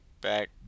back